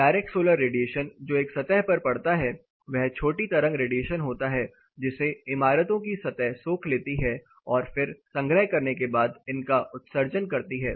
direct solar radiation जो एक सतह पर पड़ता है वह छोटी तरंग रेडिएशन होता है जिसे इमारतों की सतह सोख लेती है और फिर संग्रह करने के बाद इनका उत्सर्जन करती है